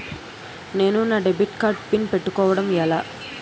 నేను నా debit card PIN పెట్టుకోవడం ఎలా?